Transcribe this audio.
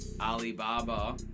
Alibaba